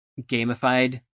gamified